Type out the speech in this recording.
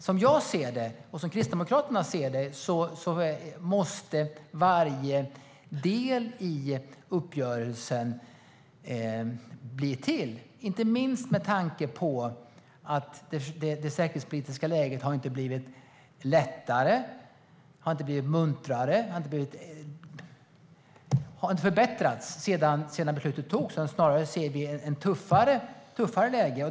Som jag och Kristdemokraterna ser det måste varje del i uppgörelsen bli av, inte minst med tanke på att det säkerhetspolitiska läget inte har förbättrats sedan beslutat togs. Vi ser snarare ett tuffare läge.